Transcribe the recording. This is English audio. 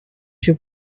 your